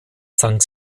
sang